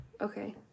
Okay